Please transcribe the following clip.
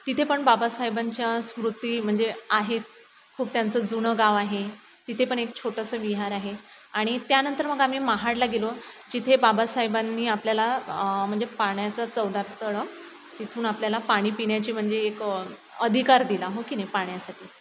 तिथे पण बाबासाहेबांच्या स्मृती म्हणजे आहेत खूप त्यांचं जुनं गाव आहे तिथे पण एक छोटंसं विहार आहे आणि त्यानंतर मग आम्ही महाडला गेलो जिथे बाबासाहेबांनी आपल्याला म्हणजे पाण्याचं चवदार तळं तिथून आपल्याला पाणी पिण्याची म्हणजे एक अधिकार दिला हो की नाही पाण्यासाठी